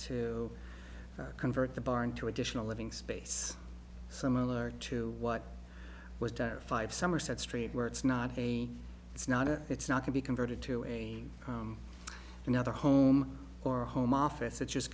to convert the bar into additional living space similar to what was terrified of somerset street where it's not a it's not a it's not can be converted to a another home or a home office it's just